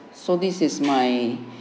so this is my